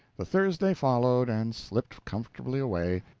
the thursday followed and slipped comfortably away.